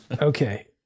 Okay